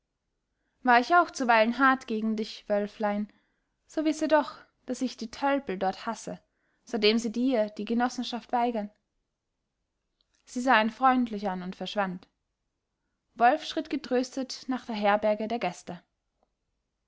war ich auch zuweilen hart gegen dich wölflein so wisse doch daß ich die tölpel dort hasse seitdem sie dir die genossenschaft weigern sie sah ihn freundlich an und verschwand wolf schritt getröstet nach der herberge der gäste